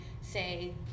say